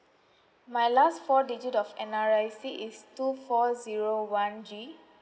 my last four digit of N_R_I_C is two four zero one G